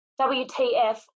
WTF